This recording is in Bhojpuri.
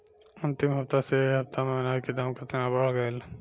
अंतिम हफ्ता से ए हफ्ता मे अनाज के दाम केतना बढ़ गएल?